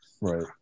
Right